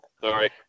Sorry